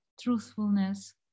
truthfulness